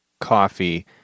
coffee